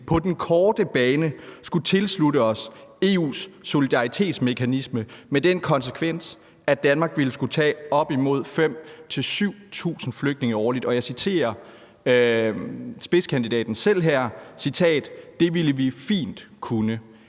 på den korte bane skulle tilslutte os EU's solidaritetsmekanisme med den konsekvens, at Danmark ville skulle tage op imod 5.000-7.000 flygtninge årligt. Jeg citerer her spidskandidaten: »Det ville vi fint kunne.«